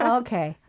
okay